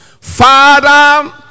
father